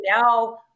now